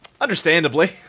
understandably